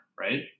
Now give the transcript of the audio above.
right